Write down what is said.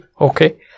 okay